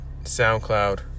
SoundCloud